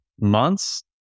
months